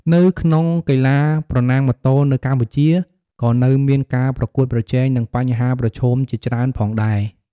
នៅក្នុងកីឡាប្រណាំងម៉ូតូនៅកម្ពុជាក៏នៅមានការប្រកួតប្រជែង និងបញ្ហាប្រឈមជាច្រើនផងដែរ។